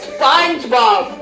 SpongeBob